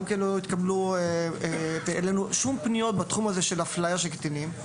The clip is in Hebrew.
קיבלנו פניות בתחום הזה לגבי אפליית קטינים.